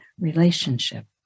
relationship